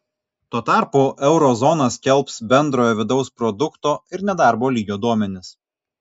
tuo tarpu euro zona skelbs bendrojo vidaus produkto ir nedarbo lygio duomenis